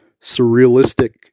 surrealistic